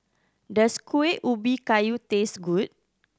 does Kuih Ubi Kayu taste good